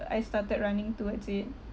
I started running towards it